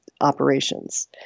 operations